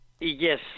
Yes